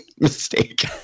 mistake